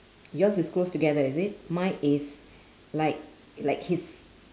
yours is close together is it mine is like like his